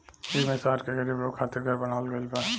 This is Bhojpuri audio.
एईमे शहर के गरीब लोग खातिर घर बनावल गइल बा